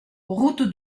route